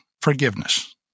forgiveness